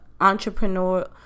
entrepreneur